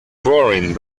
boring